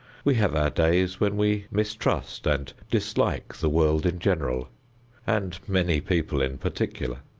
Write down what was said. we have our days when we mistrust and dislike the world in general and many people in particular.